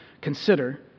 consider